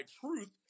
truth